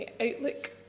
Outlook